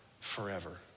forever